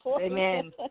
Amen